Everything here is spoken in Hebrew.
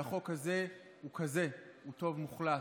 והחוק הזה הוא כזה, הוא טוב מוחלט.